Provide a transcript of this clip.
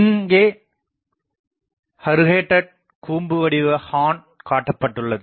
இங்கே கருகேட்டட் கூம்பு வடிவ ஹார்ன் காட்டப்பட்டுள்ளது